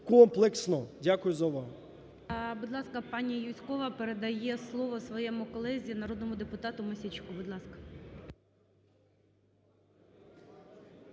комплексно. Дякую за увагу. ГОЛОВУЮЧИЙ. Будь ласка, пані Юзькова передає слово своєму колезі народному депутату Мосійчуку. Будь ласка.